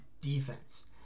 defense